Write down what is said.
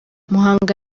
muhanga